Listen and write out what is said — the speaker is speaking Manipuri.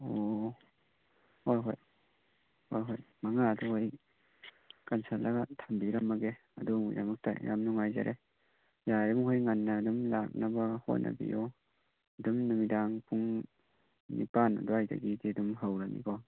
ꯑꯣ ꯍꯣꯏ ꯍꯣꯏ ꯍꯣꯏ ꯍꯣꯏ ꯃꯉꯥ ꯑꯗꯨꯋꯥꯏ ꯀꯟꯁꯤꯜꯂꯒ ꯊꯝꯕꯤꯔꯝꯃꯒꯦ ꯑꯗꯣꯝꯒꯤꯗꯃꯛꯇ ꯌꯥꯝ ꯅꯨꯡꯉꯥꯏꯖꯔꯦ ꯌꯥꯔꯤꯃꯈꯣꯏ ꯉꯟꯅ ꯑꯗꯨꯝ ꯂꯥꯛꯅꯕ ꯍꯣꯠꯅꯕꯤꯎ ꯑꯗꯨꯝ ꯅꯨꯃꯤꯗꯥꯡ ꯄꯨꯡ ꯅꯤꯄꯥꯜ ꯑꯗꯨꯋꯥꯏꯗꯒꯤꯗꯤ ꯑꯗꯨꯝ ꯍꯧꯔꯅꯤꯀꯣ